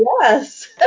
Yes